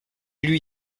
lui